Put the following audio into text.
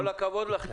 כל הכבוד לכם,